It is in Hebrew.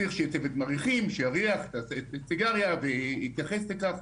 צריך שיהיה צוות מריחים שיריח ויתייחס לכך.